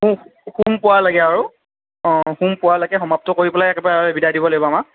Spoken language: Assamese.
হোম হোম পুৰালৈকে আৰু অঁ হোম পুৰালৈকে সমাপ্ত কৰি পেলাই একেবাৰে বিদায় দিব লাগিব আমাক